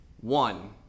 One